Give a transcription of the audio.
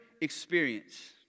experience